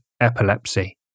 epilepsy